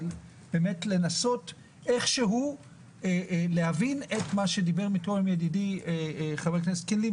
באמת לנסות איכשהו להבין את מה שאמר קודם ידידי חבר הכנסת קינלי,